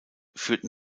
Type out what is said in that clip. führten